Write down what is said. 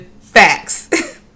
facts